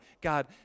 God